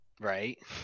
Right